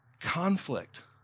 conflict